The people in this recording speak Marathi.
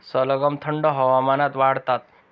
सलगम थंड हवामानात वाढतात